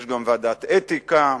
יש גם ועדת אתיקה.